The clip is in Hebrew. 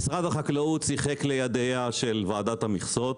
משרד החקלאות שיחק לידיה של ועדת המכסות,